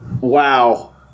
wow